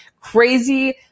crazy